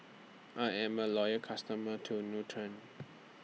I'm A Loyal customer to Nutren